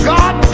God